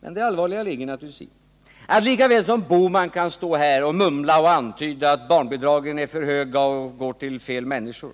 Men det allvarliga ligger naturligtvis i att lika väl som herr Bohman kan stå här och mumla och antyda att barnbidragen är för höga och går till fel människor